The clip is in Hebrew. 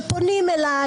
שפונים אליו,